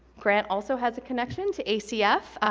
grant also has a connection to acf,